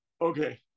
okay